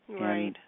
Right